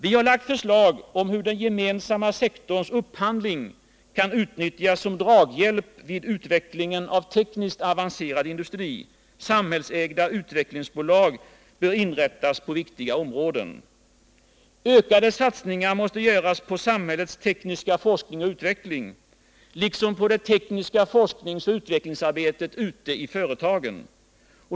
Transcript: — Vi har lagt förslag om hur den gemensamma sektorns upphandling kan utnyttjas som draghjälp vid utvecklingen av tekniskt avancerad industri. — Samhällsägda utvecklingsbolag bör inrättas på viktiga områden. — Ökade satsningar måste göras på samhällets tekniska forskning och utveckling liksom på det tekniska forskningsoch utvecklingsarbetet ute i företagen.